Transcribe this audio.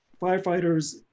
firefighters